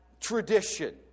tradition